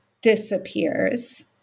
disappears